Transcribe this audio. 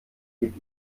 geht